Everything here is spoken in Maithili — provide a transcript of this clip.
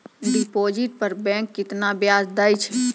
डिपॉजिट पर बैंक केतना ब्याज दै छै?